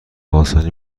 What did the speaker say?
آسانی